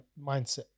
mindset